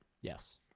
Yes